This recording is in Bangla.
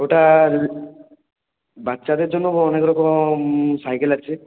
ওটা বাচ্চাদের জন্যও অনেক রকম সাইকেল আছে